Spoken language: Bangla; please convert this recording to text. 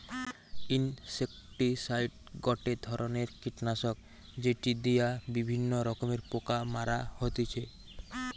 ইনসেক্টিসাইড গটে ধরণের কীটনাশক যেটি দিয়া বিভিন্ন রকমের পোকা মারা হতিছে